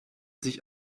sich